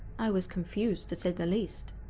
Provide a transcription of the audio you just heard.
i was confused to say the least.